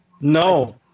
No